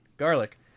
garlic